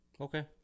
Okay